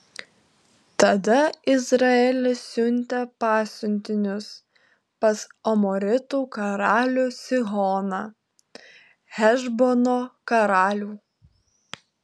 tada izraelis siuntė pasiuntinius pas amoritų karalių sihoną hešbono karalių